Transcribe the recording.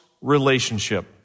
relationship